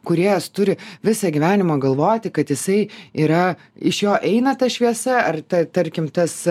kūrėjas turi visą gyvenimą galvoti kad jisai yra iš jo eina ta šviesia ar tai tarkim tas